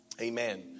Amen